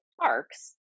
parks